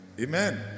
Amen